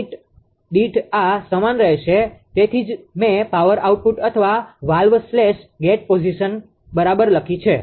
unit દીઠ આ સમાન રહેશે તેથી જ મેં પાવર આઉટપુટ અથવા વાલ્વ સ્લેશ ગેટ પોઝિશન બરાબર લખી છે